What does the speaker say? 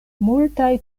multaj